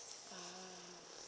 ah